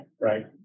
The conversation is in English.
Right